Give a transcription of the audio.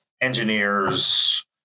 engineers